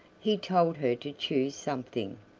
he told her to choose something.